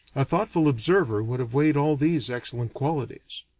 a thoughtful observer would have weighed all these excellent qualities.